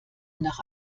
nach